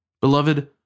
Beloved